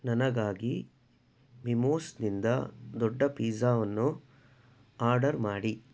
ನನಗಾಗಿ ಮಿಮೋಸ್ನಿಂದ ದೊಡ್ಡ ಪೀಝವನ್ನು ಆರ್ಡರ್ ಮಾಡಿ